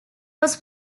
was